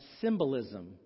symbolism